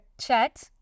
chat